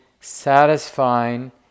satisfying